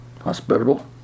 Hospitable